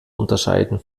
unterscheiden